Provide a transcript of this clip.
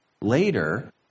Later